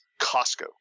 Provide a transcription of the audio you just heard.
Costco